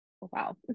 wow